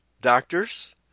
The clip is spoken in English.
doctors